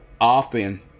often